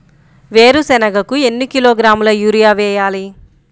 వేరుశనగకు ఎన్ని కిలోగ్రాముల యూరియా వేయాలి?